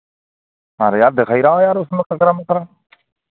अरे यार दिखाई रहा हो यार उसमें कचरा मुचरा